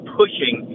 pushing